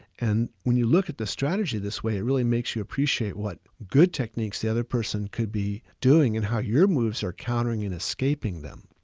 and when you look at the strategy this way, it really makes you appreciate what good techniques the other person could be doing and how your moves are countering in escaping them.